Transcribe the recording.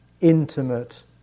intimate